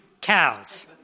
Cows